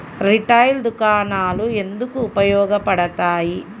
Retail దుకాణాలు ఎందుకు ఉపయోగ పడతాయి?